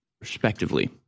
respectively